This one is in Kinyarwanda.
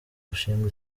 gushinga